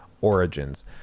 origins